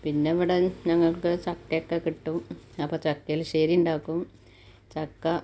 പിന്നവിടെ ഞങ്ങൾക്ക് ചക്കയൊക്കെ കിട്ടും അപ്പം ചക്ക എലിശ്ശേരിയുണ്ടാക്കും ചക്ക